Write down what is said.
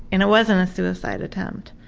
and it wasn't a suicide attempt,